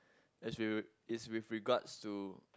is you is with regards to